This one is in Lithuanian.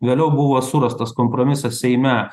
vėliau buvo surastas kompromisas seime